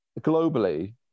Globally